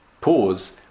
pause